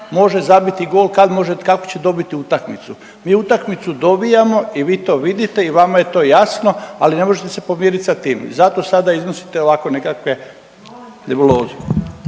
može zabiti gol, kad može, kako će dobiti utakmicu. Mi utakmicu dobijamo i vi to vidite i vama je to jasno, ali ne možete se pomiriti sa tim i zato sada iznosite ovako nekakve nebuloze.